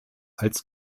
als